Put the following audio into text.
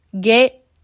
Get